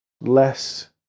less